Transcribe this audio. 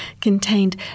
contained